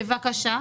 בבקשה,